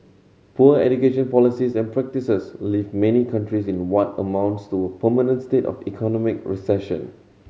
poor education policies and practices leave many countries in what amounts to a permanent state of economic recession